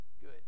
good